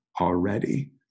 already